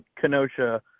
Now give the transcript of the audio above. Kenosha